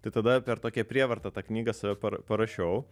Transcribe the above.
tai tada per tokią prievartą tą knygą save par parašiau